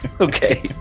okay